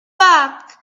back